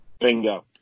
Bingo